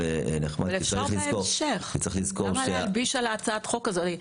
אפשר בהמשך, למה להלביש על הצעת החוק הזאת?